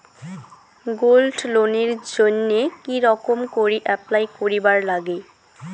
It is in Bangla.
গোল্ড লোনের জইন্যে কি রকম করি অ্যাপ্লাই করিবার লাগে?